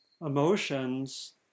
emotions